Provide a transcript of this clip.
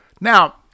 Now